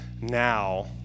now